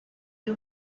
you